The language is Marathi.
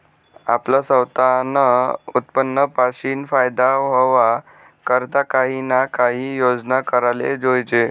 आपलं सवतानं उत्पन्न पाशीन फायदा व्हवा करता काही ना काही योजना कराले जोयजे